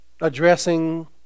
addressing